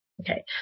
Okay